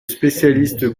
spécialiste